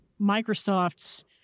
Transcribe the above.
Microsoft's